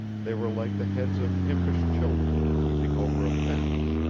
they were like the heads of impish children, peeping over a fence.